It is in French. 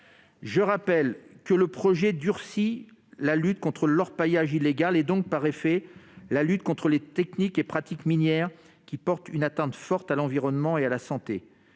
le rappelle, le projet de loi durcit la lutte contre l'orpaillage illégal et donc contre les techniques et les pratiques minières qui portent une atteinte forte à l'environnement et à la santé.